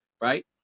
right